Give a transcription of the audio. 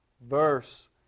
verse